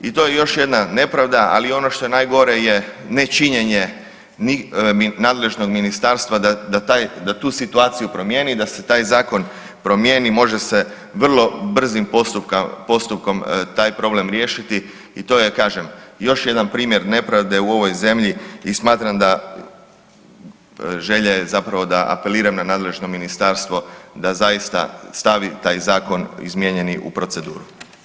I to je još jedna nepravda, ali ono što je najgore je ne činjenje nadležnog ministarstva da tu situaciju promijeni i da se taj zakon promijeni, može se vrlo brzo postupkom taj problem riješiti i to je kažem još jedan primjer nepravde u ovoj zemlji i smatram da želja je zapravo da apeliram na nadležno ministarstvo da zaista stavi taj zakon izmijenjeni u proceduru.